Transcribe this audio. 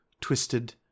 twisted